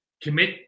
commit